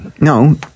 No